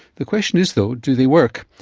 the question is though, do they work?